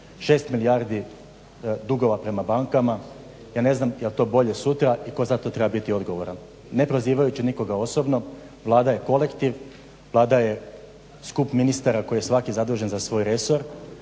6 milijardi dugova prema bankama, ja ne znam jel to bolje sutra i tko za to treba biti odgovoran. Ne prozivajući nikoga osobno Vlada je kolektiv, Vlada je skup ministara koji je svaki zadužen za svoj resor,